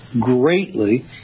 greatly